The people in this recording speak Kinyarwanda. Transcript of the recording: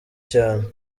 cyane